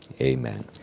Amen